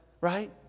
right